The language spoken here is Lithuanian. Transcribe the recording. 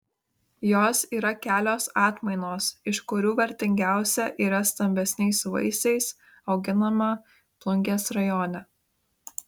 jos yra kelios atmainos iš kurių vertingiausia yra stambesniais vaisiais auginama plungės rajone